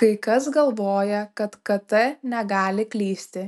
kai kas galvoja kad kt negali klysti